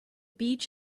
beach